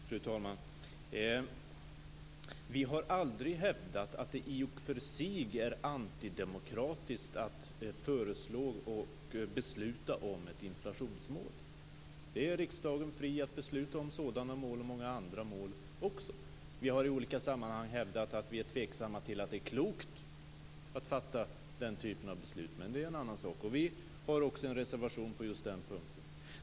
Fru talman! Vi har aldrig hävdat att det är antidemokratiskt att föreslå och besluta om ett inflationsmål. Riksdagen är fri att besluta om sådana mål och många andra mål också. Vi har i olika sammanhang hävdat att vi är tveksamma till om det är klokt att fatta den typen av beslut, men det är en annan sak. Vi har också en reservation på just den punkten.